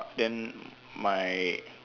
then my